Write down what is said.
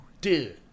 dude